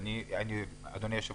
אדוני היושב-ראש,